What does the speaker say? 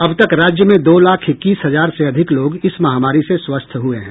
अब तक राज्य में दो लाख इक्कीस हजार से अधिक लोग इस महामारी से स्वस्थ हुए हैं